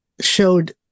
showed